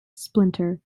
splinter